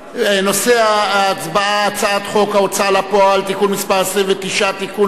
נושא ההצבעה: הצעת חוק ההוצאה לפועל (תיקון מס' 29) (תיקון